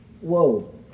whoa